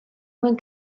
mwyn